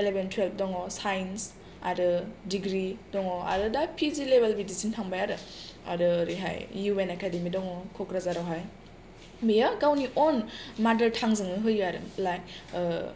eleven twelve दङ science आरो degree दङ आरो दा पिजि लेभेलनिसिम थांबाय आरो आरो ओरैहाय इउ एन एकाडेमि दङ कक्राझारावहाय बेयो गावनि वन मादार टांगजोंनो होयो आरो ओ